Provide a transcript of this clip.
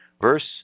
Verse